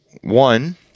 one